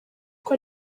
uko